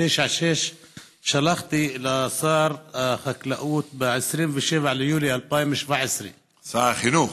996 שלחתי לשר החקלאות ב-27 ביולי 2017. שר החינוך.